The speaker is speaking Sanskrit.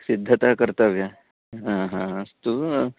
सिद्धता कर्तव्या आ हा अस्तु